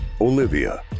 Olivia